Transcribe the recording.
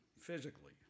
physically